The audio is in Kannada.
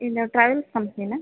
ಇಲ್ಲ ಟ್ರಾವೆಲ್ಸ್ ಕಂಪ್ನಿಯಾ